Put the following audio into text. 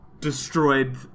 destroyed